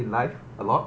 in life a lot